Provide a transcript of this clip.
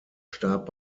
starb